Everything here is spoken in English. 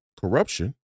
corruption